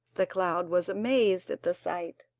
the cloud was amazed at the sight,